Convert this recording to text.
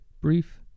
brief